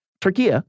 Turkey